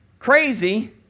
Crazy